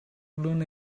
learn